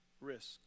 risk